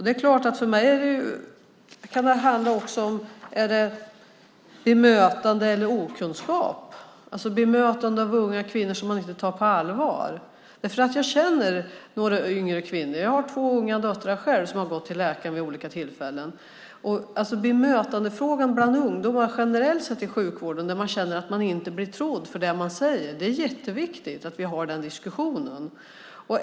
Det är klart att det också kan handla om okunskap eller bemötande av unga kvinnor som man inte tar på allvar. Jag känner några yngre kvinnor. Jag har två unga döttrar själv som har gått till läkare vid olika tillfällen. Bemötandefrågan bland ungdomar generellt sett i sjukvården, där de känner att de inte blir trodda för det de säger, är det jätteviktigt att vi för en diskussion om.